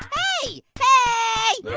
hey, hey!